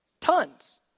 tons